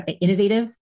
innovative